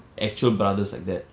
actual brothers like that